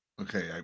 Okay